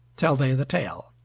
tell they the tale